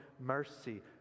mercy